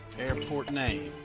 airport name.